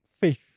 faith